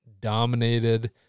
dominated